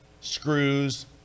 screws